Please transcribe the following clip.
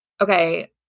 Okay